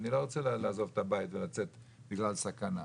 אני לא רוצה לעזוב את הבית ולצאת בגלל סכנה.